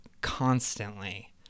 constantly